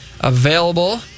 available